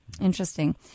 Interesting